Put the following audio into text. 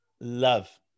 love